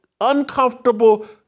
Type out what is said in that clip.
uncomfortable